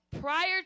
prior